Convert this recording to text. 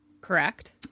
Correct